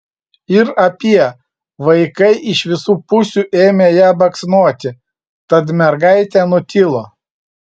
ir apie vaikai iš visų pusių ėmė ją baksnoti tad mergaitė nutilo